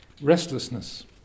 restlessness